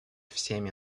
всеми